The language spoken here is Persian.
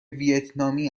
ویتنامی